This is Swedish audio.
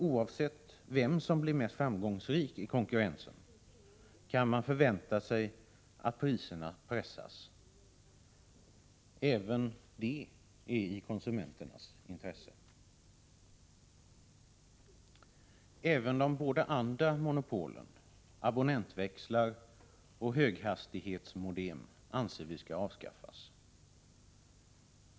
Oavsett vem som blir mest framgångsrik i konkurrensen kan man vänta sig att priserna pressas. Även det är i konsumenternas intresse. Även de båda andra monopolen — som gäller abonnentväxlar och höghastighetsmodem — skall avskaffas, anser vi.